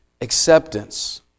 acceptance